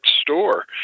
store